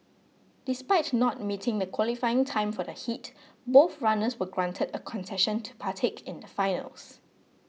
despite not meeting the qualifying time for the heat both runners were granted a concession to partake in the finals